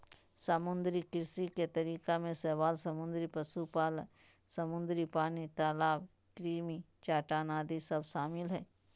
समुद्री कृषि के तरीका में शैवाल समुद्री पशुपालन, समुद्री पानी, तलाब कृत्रिम चट्टान आदि सब शामिल हइ